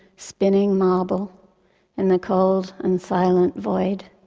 spinning marble in the cold and silent void.